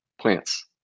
Plants